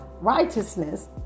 righteousness